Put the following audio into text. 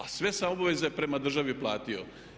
A sve sam obaveze prema državi platio.